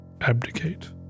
abdicate